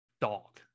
dog